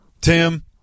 Tim